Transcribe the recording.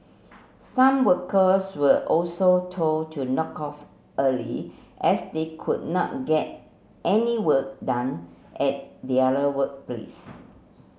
some workers were also told to knock off early as they could not get any work done at their workplace